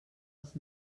els